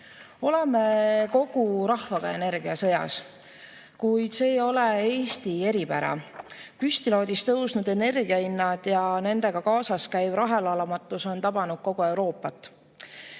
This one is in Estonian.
oleme kogu rahvaga energiasõjas, kuid see ei ole Eesti eripära. Püstloodis tõusnud energiahinnad ja nendega kaasas käiv rahulolematus on tabanud kogu Euroopat. Kordamine